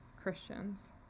Christians